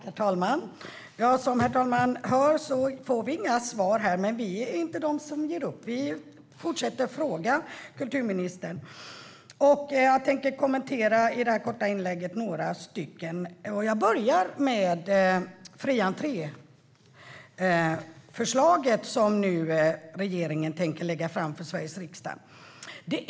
Herr talman! Som herr talmannen hör får vi inte några svar här. Men vi är inte de som ger upp. Vi fortsätter att fråga kulturministern. Jag tänker i mitt korta inlägg kommentera några frågor. Jag börjar med förslaget om fri entré som regeringen nu tänker lägga fram för Sveriges riksdag.